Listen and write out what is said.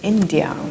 India